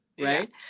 Right